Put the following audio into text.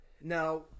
Now